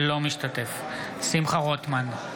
אינו משתתף בהצבעה שמחה רוטמן,